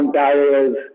barriers